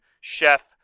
chef